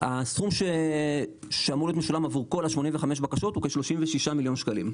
הסכום שאמור להיות משולם עבור כל ה- 85 בקשות הוא כ- 36 מיליון שקלים.